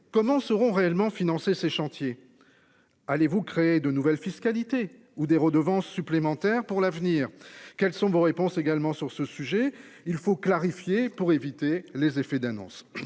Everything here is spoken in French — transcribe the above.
comment seront réellement financer ses chantiers. Allez-vous créer de nouvelles fiscalité ou des redevances supplémentaires pour l'avenir. Quelles sont vos réponses également sur ce sujet, il faut clarifier pour éviter les effets d'annonce.